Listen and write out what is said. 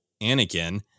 anakin